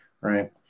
Right